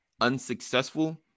unsuccessful